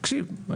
תקשיב,